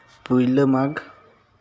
ᱯᱳᱭᱞᱳ ᱢᱟᱜᱽ